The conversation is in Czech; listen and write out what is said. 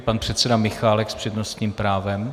Pan předseda Michálek s přednostním právem.